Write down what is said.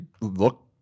look